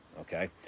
okay